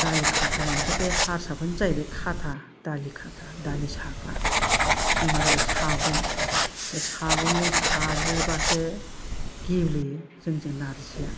दालि खाथा मानेथ' बे हारसाफोरनि जायैबाय खाथा दालि खाथा दालि साग्रा जोंना जाबाय सागं बे सागंजों साग्लिबासो गेब्लेयो जोंजों नारजिया